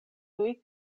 tuj